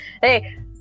Hey